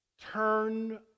Turn